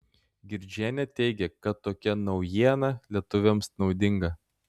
girdžienė teigia kad tokia naujiena lietuviams naudinga